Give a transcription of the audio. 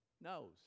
knows